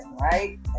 right